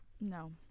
No